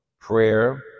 prayer